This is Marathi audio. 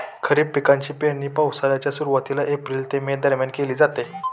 खरीप पिकांची पेरणी पावसाळ्याच्या सुरुवातीला एप्रिल ते मे दरम्यान केली जाते